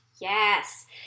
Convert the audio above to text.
Yes